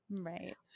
Right